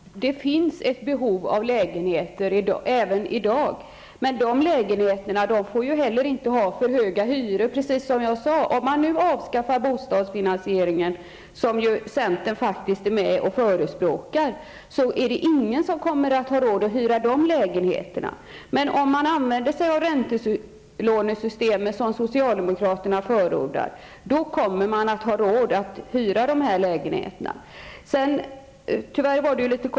Herr talman! Det finns ett behov av lägenheter även i dag, men lägenheterna får inte ha för höga hyror. Om bostadssubventionerna avskaffas, som centern är med och förespråkar, är det ingen som kommer att ha råd att hyra de lägenheterna, men om räntelånesystemet införs, som socialdemokraterna förordar, kommer folk att ha råd att hyra lägenheterna.